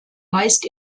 meist